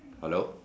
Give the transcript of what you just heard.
hello